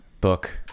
book